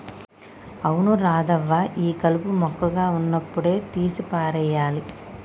అవును రాధవ్వ ఈ కలుపు మొక్కగా ఉన్నప్పుడే తీసి పారేయాలి